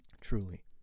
truly